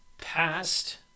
past